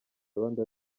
rwanda